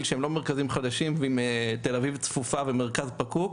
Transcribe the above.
שהם לא מרכזים חדשים ועם תל אביב צפופה ומרכז פקוק,